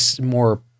more